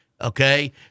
Okay